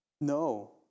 No